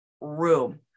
room